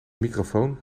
microfoon